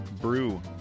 brew